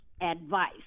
advice